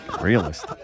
Realist